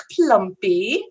Plumpy